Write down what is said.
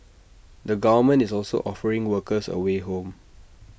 the government is also offering workers A way home